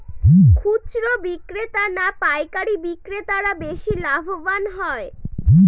খুচরো বিক্রেতা না পাইকারী বিক্রেতারা বেশি লাভবান হয়?